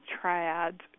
triad